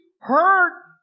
hurt